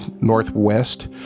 Northwest